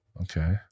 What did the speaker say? Okay